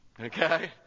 Okay